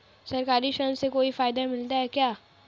सरकारी ऋण से कोई फायदा मिलता है क्या?